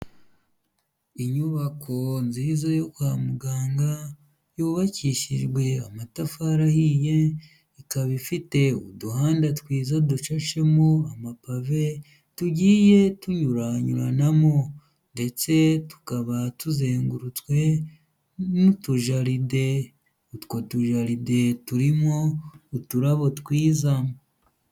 Inyubako nziza yo kwa muganga yubakishijwe amatafari ahiye ikaba ifite uduhanda twiza dushashemo amapave tugiye tunyuranyuranamo ndetse tukaba tuzengurutswe n'utujaride utwo tujaride turimo uturabo twiza.